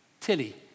Tilly